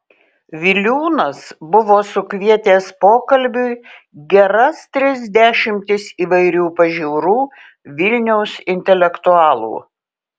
viliūnas buvo sukvietęs pokalbiui geras tris dešimtis įvairių pažiūrų vilniaus intelektualų